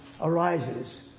arises